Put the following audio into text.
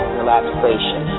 relaxation